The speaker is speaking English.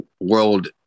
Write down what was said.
world